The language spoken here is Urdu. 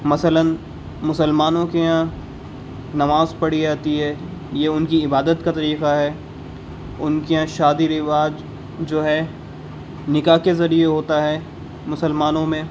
مثلاً مسلمانوں کے یہاں نماز پڑھی جاتی ہے یہ ان کی عبادت کا طریقہ ہے ان کے یہاں شادی رواج جو ہے نکاح کے ذریعے ہوتا ہے مسلمانوں میں